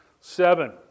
Seven